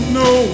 no